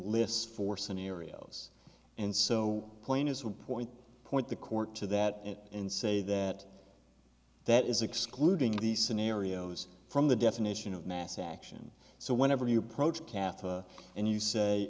list for scenarios and so plain as would point point the court to that and say that that is excluding these scenarios from the definition of mass action so whenever you produce katha and you say